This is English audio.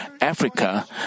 Africa